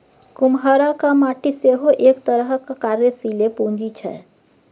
कुम्हराक माटि सेहो एक तरहक कार्यशीले पूंजी छै